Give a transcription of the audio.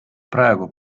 praegu